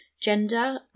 gender